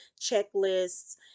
checklists